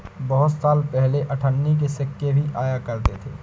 बहुत साल पहले अठन्नी के सिक्के भी आया करते थे